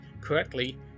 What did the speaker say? correctly